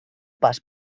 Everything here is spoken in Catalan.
pas